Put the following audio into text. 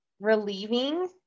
relieving